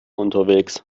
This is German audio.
unterwegs